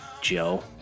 Joe